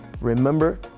Remember